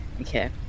Okay